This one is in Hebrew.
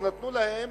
ונתנו להם